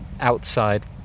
outside